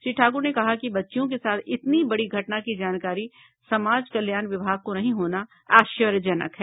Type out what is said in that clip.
श्री ठाकुर ने कहा कि बच्चियों के साथ इतनी बड़ी घटना की जानकारी समाज कल्याण विभाग को नहीं होना आश्चर्यजनक है